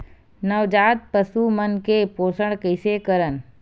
नवजात पशु मन के पोषण कइसे करन?